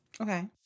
Okay